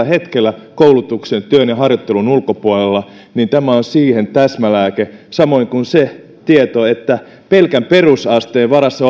hetkellä koulutuksen työn ja harjoittelun ulkopuolella niin tämä on siihen täsmälääke samoin kuin siihen että pelkän perusasteen varassa